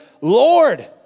Lord